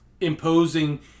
imposing